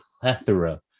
plethora